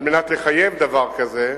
על מנת לחייב דבר כזה.